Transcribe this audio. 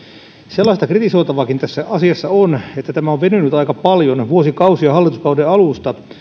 sellaista kritisoitavaakin tässä asiassa on että tämä on venynyt aika paljon vuosikausia hallituskauden alusta